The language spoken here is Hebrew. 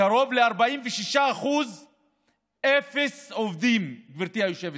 בקרוב ל-46% אפס עובדים, גברתי היושבת-ראש.